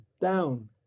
down